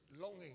longing